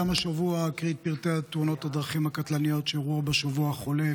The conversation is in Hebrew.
גם השבוע אקריא את פרטי תאונות הדרכים הקטלניות שאירעו בשבוע החולף,